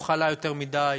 הוא חלה יותר מדי,